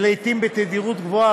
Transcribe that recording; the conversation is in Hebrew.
ולעתים בתדירות גבוהה,